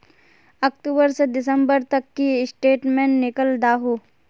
अक्टूबर से दिसंबर तक की स्टेटमेंट निकल दाहू?